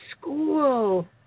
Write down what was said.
school